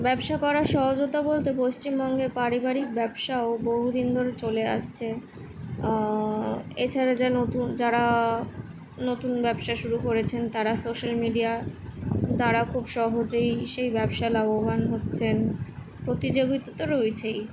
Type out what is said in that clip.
ব্যবসা করার সহজতা বলতে পশ্চিমবঙ্গে পারিবারিক ব্যবসাও বহু দিন ধরে চলে আসছে এছাড়া যা নতুন যারা নতুন ব্যবসা শুরু করেছেন তারা সোশ্যাল মিডিয়া তারা খুব সহজেই সেই ব্যবসায় লাভবান হচ্ছেন প্রতিযোগিতা তো রয়েছেই